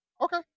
Okay